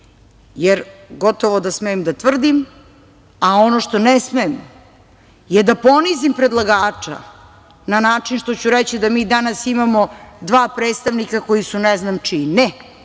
jer gotovo da smem da tvrdim. Ono što ne smem je da ponizim predlagača na način što ću reći da mi danas imamo dva predstavnika koji su ne znam čiji. Ne.